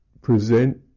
present